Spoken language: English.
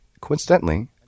coincidentally